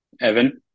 Evan